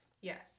Yes